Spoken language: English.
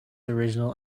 original